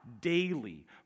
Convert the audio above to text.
daily